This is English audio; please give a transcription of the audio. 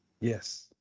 Yes